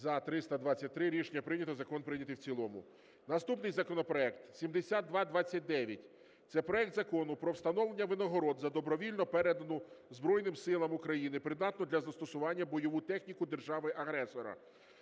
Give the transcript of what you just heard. За-323 Рішення прийнято. Закон прийнятий в цілому. Наступний законопроект 7229. Це проект Закону про встановлення винагород за добровільно передану Збройним Силам України придатну для застосування бойову техніку держави-агресора.